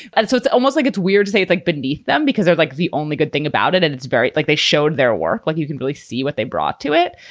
and so it's almost like it's weird to say it like beneath them because they're like the only good thing about it. and it's very like they showed their work, like, you can really see what they brought to it,